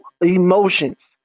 emotions